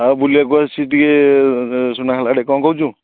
ଆଉ ବୁଲିବାକୁ ଆସିଛି ଟିକିଏ ସୁନାବେଡ଼ା ଆଡ଼େ କ'ଣ କହୁଛୁ